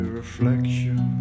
reflection